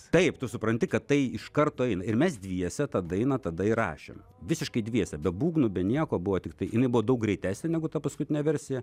taip tu supranti kad tai iš karto eina ir mes dviese tą dainą tada įrašėm visiškai dviese be būgnų be nieko buvo tiktai jinai buvo daug greitesnė negu ta paskutinė versija